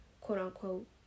quote-unquote